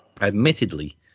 Admittedly